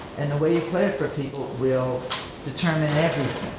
and the way you play it for people will determine everything,